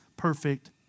Perfect